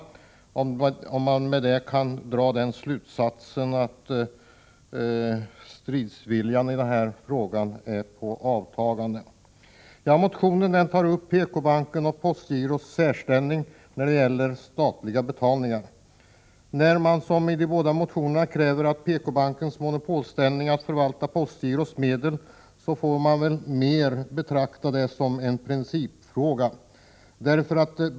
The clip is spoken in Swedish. Möjligen kan man därigenom dra den slutsatsen att stridsviljan i denna fråga är i avtagande. I motionerna tas upp PK-bankens och postgirots särställning när det gäller statliga betalningar. Motionärerna kräver att PK-bankens monopolställning avseende att förvalta postgirots medel bör upphöra, och det får man väl mera betrakta som en principfråga.